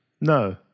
No